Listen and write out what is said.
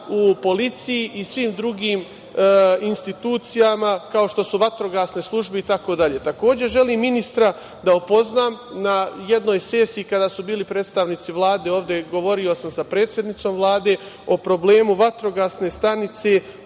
u policiji i svim drugim institucijama kao što su vatrogasne službe itd. Takođe želim ministra da upoznam na jednoj sesiji kada su bili predstavnici Vlade ovde, govorio sam sa predsednicom Vlade, o problemu vatrogasne stanice